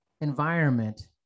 environment